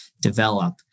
develop